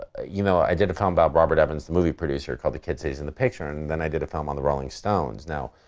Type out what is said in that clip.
ah you know i did a film about robert evans, the movie producer, called the kid stays in the picture, and then i did a film on the rolling stones. now,